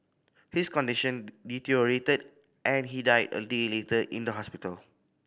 his condition deteriorated and he died a day later in the hospital